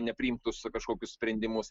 nepriimtus kažkokius sprendimus